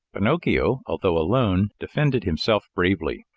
pinocchio, although alone, defended himself bravely.